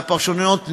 והפרשנויות,